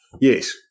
Yes